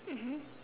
mmhmm